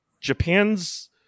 Japan's